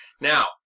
Now